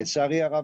לצערי הרב,